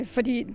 Fordi